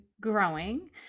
growing